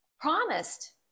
promised